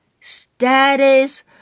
status